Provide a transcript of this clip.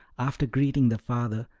after greeting the father,